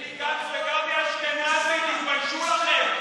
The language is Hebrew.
והינה החוק היום בא ואומר: